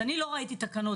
אני לא ראיתי תקנות.